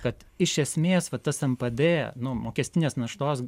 kad iš esmės va tas npd nu mokestinės naštos